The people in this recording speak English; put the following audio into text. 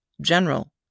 General